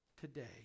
today